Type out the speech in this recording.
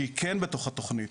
שהיא כן בתוך התכנית.